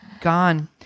gone